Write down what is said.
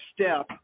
step